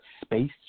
space